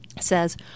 says